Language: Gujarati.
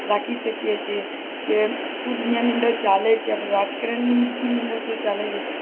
રાખી શકીએ છીએ કે શું દુનિયાની અંદર ચાલે છે રાજકારણની નીતિની અંદર શું ચાલે છે